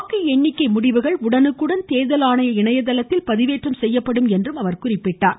வாக்கு எண்ணிக்கை முடிவுகள் உடனுக்குடன் தேர்தல் ஆணைய இணையதளத்தில் பதிவேற்றம் செய்யப்படும் என்றும் அவர் கூறினார்